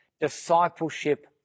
Discipleship